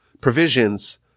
provisions